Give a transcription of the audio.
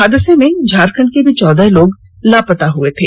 हादसे में झारखंड के भी चौदह लोग लापता हुये थे